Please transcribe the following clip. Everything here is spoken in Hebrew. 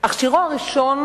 אך שירו הראשון,